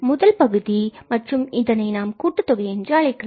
முதல் பகுதி மற்றும் இதனை நாம் கூட்டுத்தொகை என்று அழைக்கலாம்